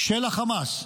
של החמאס,